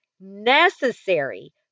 necessary